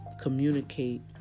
communicate